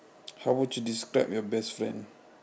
how would you describe your best friend